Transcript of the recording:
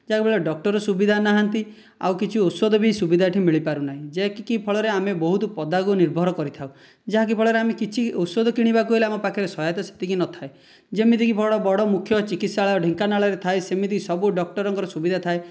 ଯାହାଫଳରେ ଡକ୍ଟର ସୁବିଧା ନାହାନ୍ତି ଆଉ କିଛି ଔଷଧ ବି ସୁବିଧା ଏଇଠି ମିଳିପାରୁନାହିଁ ଯାହାକି କି ଫଳରେ ଆମେ ବହୁତ ପଦାକୁ ନିର୍ଭର କରିଥାଉ ଯାହାକି ଫଳରେ ଆମେ କିଛି ଔଷଧ କିଣିବାକୁ ହେଲେ ଆମ ପାଖରେ ସହାୟତା ସେତିକି ନଥାଏ ଯେମିତିକି ବଡ଼ ବଡ଼ ମୁଖ୍ୟ ଚିକିତ୍ସାଳୟ ଢେଙ୍କାନାଳରେ ଥାଏ ସେମିତି ସବୁ ଡକ୍ଟରଙ୍କର ସୁବିଧା ଥାଏ